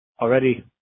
already